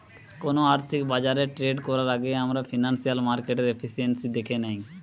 কোনো আর্থিক বাজারে ট্রেড করার আগেই আমরা ফিনান্সিয়াল মার্কেটের এফিসিয়েন্সি দ্যাখে নেয়